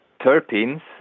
terpenes